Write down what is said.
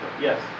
Yes